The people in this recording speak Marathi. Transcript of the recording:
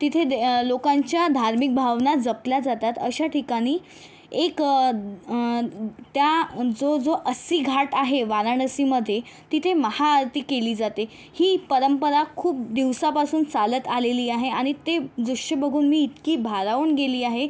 तिथे दे लोकांच्या धार्मिक भावना जपल्या जातात अशा ठिकाणी एक त्या जो जो अस्सी घाट आहे वाराणसीमध्ये तिथे महाआरती केली जाते ही परंपरा खूप दिवसापासून चालत आलेली आहे आणि ते दृष्य बघून मी इतकी भारावून गेली आहे